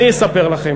אני אספר לכם.